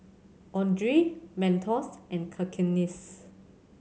Andre Mentos and Cakenis